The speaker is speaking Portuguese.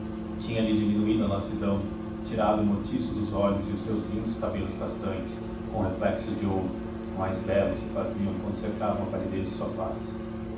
ismênia tinha-lhe diminuído a lassidão tirado o mortiço dos olhos e os seu lindos cabelos castanhos com reflexos de ouro mais belos se faziam quando cercavam a palidez de